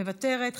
מוותרת,